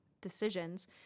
decisions